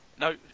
No